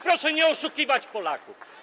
Proszę nie oszukiwać Polaków.